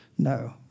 No